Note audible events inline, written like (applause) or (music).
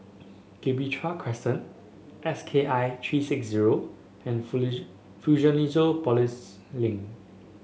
Gibraltar Crescent S K I three six zero and (unintelligible) Fusionopolis Link